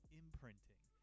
imprinting